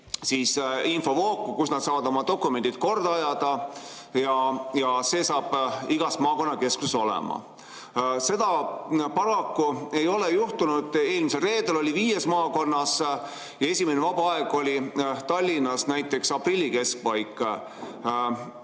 infovoog, kus nad saavad oma dokumendid korda ajada ja see [võimalus] saab igas maakonnakeskuses olema. Seda paraku ei ole juhtunud. Eelmisel reedel oli see viies maakonnas ja esimene vaba aeg oli Tallinnas näiteks aprilli keskpaik.